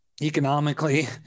economically